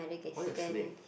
why a snake